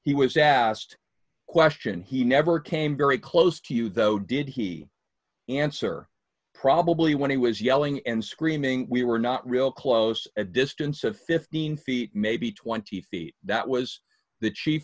he was asked a question he never came very close to you though did he answer probably when he was yelling and screaming we were not real close a distance of fifteen feet maybe twenty feet that was the ch